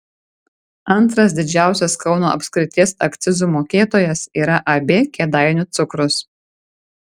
antras didžiausias kauno apskrities akcizų mokėtojas yra ab kėdainių cukrus